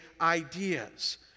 ideas